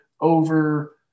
over